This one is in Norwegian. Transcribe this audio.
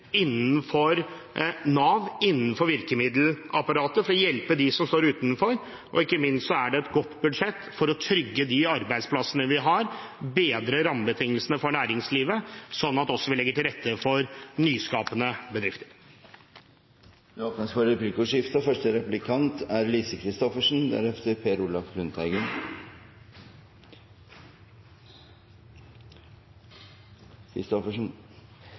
innenfor Nav, innenfor virkemiddelapparatet for å hjelpe dem som står utenfor, og ikke minst er det et godt budsjett for å trygge de arbeidsplassene vi har, bedre rammebetingelsene for næringslivet, sånn at vi også legger til rette for nyskapende bedrifter. Det blir replikkordskifte. Pensjon er en rettighet man har betalt for. Det er